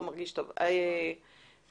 לכם את השירות שלנו לרשויות המקומיות.